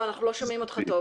אנחנו לא שומעים אותך טוב.